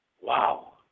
Wow